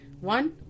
One